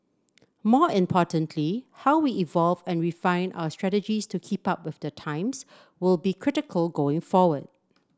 more importantly how we evolve and refine our strategies to keep up with the times will be critical going forward